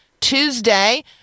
Tuesday